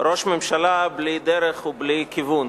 ראש ממשלה בלי דרך ובלי כיוון.